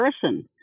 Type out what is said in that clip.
person